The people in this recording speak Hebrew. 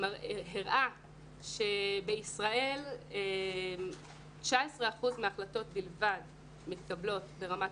הראה שבישראל 19 אחוזים בלבד מההחלטות מתקבלות ברמת